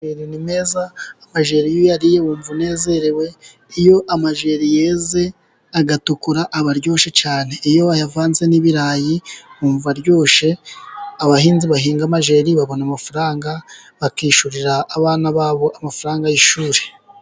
Amajeri ni meza, amajeri iyo uyariye wumva unezerewe, iyo amajeri yeze, agatukura aba aryoshye cyane, iyo wayavanze n'ibirayi wumva aryoshye, abahinzi bahinga amajeri babona amafaranga, bakishyurira abana babo amafaranga y'ishuri.